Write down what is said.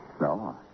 No